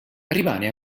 rimane